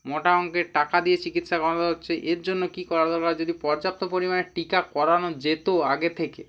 মোটা অঙ্কের টাকা দিয়ে চিকিৎসা করানো হচ্ছে এর জন্য কি করা দরকার যদি পর্যাপ্ত পরিমাণে টিকা করানো যেত আগে থেকে